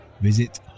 Visit